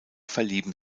verlieben